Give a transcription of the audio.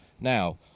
Now